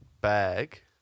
bag